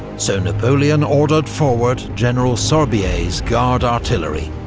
so napoleon ordered forward general sorbier's guard artillery.